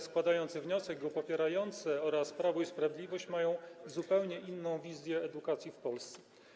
składający wniosek i go popierający oraz Prawo i Sprawiedliwość mają zupełnie inną wizję edukacji w Polsce.